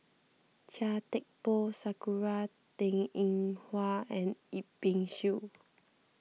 Chia Thye Poh Sakura Teng Ying Hua and Yip Pin Xiu